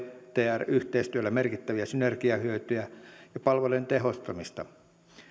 ptr yhteistyöllä merkittäviä synergiahyötyjä ja palvelujen tehostamista